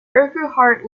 urquhart